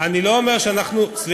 זה יכול לקרות בטעות.